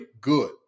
good